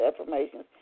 affirmations